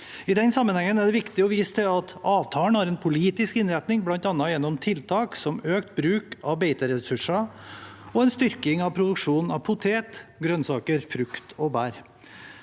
I den sammenhengen er det viktig å vise til at avtalen har en politisk innretning, bl.a. gjennom tiltak som økt bruk av beiteressurser og en styrking av produksjonen av poteter, grønnsaker, frukt og bær.